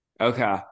Okay